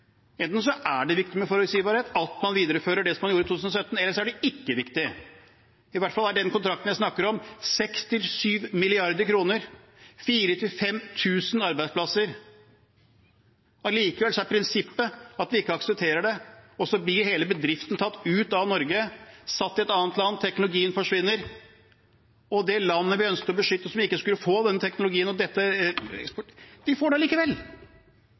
Enten er det viktig med forutsigbarhet, at man viderefører det man gjorde i 2017, eller så er det ikke viktig. I hvert fall er den kontrakten jeg snakker om, verd 6 mrd.–7 mrd. kr, 4 000–5 000 arbeidsplasser. Allikevel er prinsippet at vi ikke aksepterer det, og så blir hele bedriften tatt ut av Norge og satt i et annet land. Teknologien forsvinner, og det landet vi ønsker å beskytte som ikke skulle få den teknologien – de får den likevel. Det eneste er